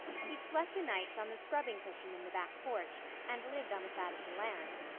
he slept o'nights on the scrubbing cushion in the back porch and lived on the fat of the land.